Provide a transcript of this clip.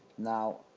now,